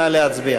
נא להצביע.